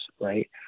right